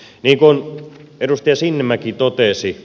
niin kuin edustaja sinnemäki totesi